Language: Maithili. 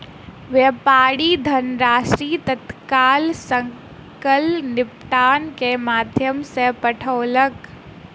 व्यापारी धनराशि तत्काल सकल निपटान के माध्यम सॅ पठौलक